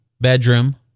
bedroom